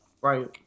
right